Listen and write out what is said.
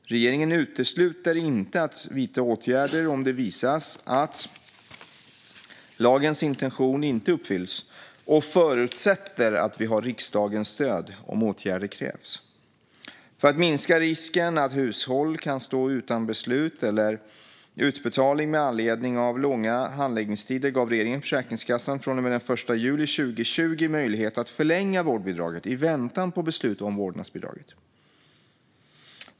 Regeringen utesluter inte att vidta åtgärder om det visar sig att lagens intention inte uppfylls och förutsätter att vi har riksdagens stöd om åtgärder krävs. För att minska risken att hushåll står utan beslut eller utbetalning med anledning av långa handläggningstider gav regeringen Försäkringskassan, från och med den 1 juli 2020, möjlighet att förlänga vårdbidraget i väntan på beslut om omvårdnadsbidraget.